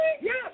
Yes